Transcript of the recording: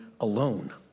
alone